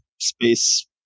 space